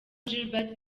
gilbert